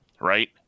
right